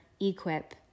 equip